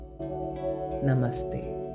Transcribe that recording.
Namaste